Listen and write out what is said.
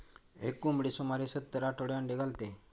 एक कोंबडी सुमारे सत्तर आठवडे अंडी घालते